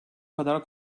kadar